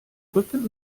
rücken